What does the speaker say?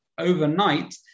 overnight